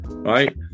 Right